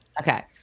Okay